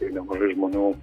ir nemažai žmonių